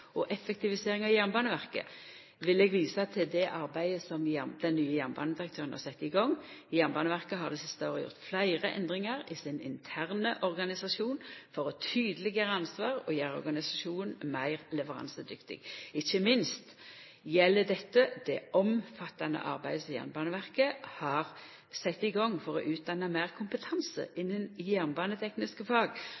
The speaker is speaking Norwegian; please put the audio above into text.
og effektivisering av Jernbaneverket, vil eg visa til det arbeidet som den nye jernbanedirektøren har sett i gang. Jernbaneverket har det siste året gjort fleire endringar i sin interne organisasjon for å tydeleggjera ansvar og gjera organisasjonen meir leveransedyktig. Ikkje minst gjeld dette det omfattande arbeidet som Jernbaneverket har sett i gang for å utdanna fleire og få meir kompetanse